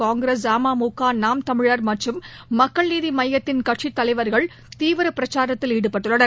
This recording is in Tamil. காங்கிரஸ் அமுக நாம் தமிழர் மற்றும் மக்கள் நீதி மய்யத்தின் கட்சித் தலைவர்கள் தீவிர பிரச்சாரத்தில் ஈடுபட்டுள்ளனர்